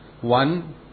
One